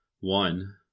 One